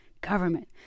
Government